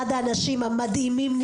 אחד האנשים המדהימים,